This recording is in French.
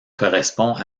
correspond